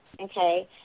okay